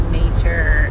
nature